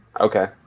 okay